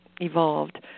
evolved